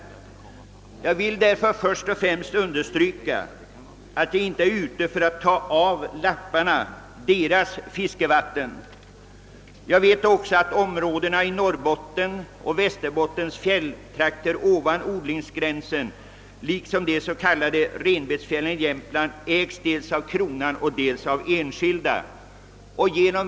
Jag vill understryka att jag inte är ute för att ta ifrån lapparna deras fiskevatten. Jag vet också att områdena i Norrbottens och Västerbottens fjälltrakter ovan odlingsgränsen liksom de s.k. renbetesfjällen i Jämtland ägs dels av kronan, dels av enskilda.